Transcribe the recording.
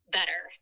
better